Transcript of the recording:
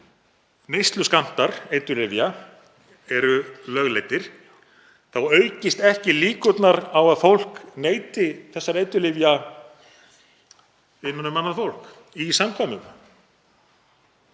neysluskammtar eiturlyfja lögleiddir aukist ekki líkurnar á að fólk neyti þessara eiturlyfja innan um annað fólk í samkvæmum.